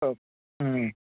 ஓ ம்